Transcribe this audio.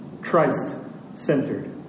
Christ-centered